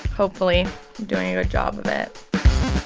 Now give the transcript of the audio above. hopefully doing a good job of it